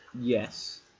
Yes